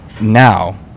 now